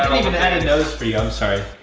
even add a nose for you, i'm sorry.